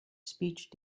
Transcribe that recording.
speech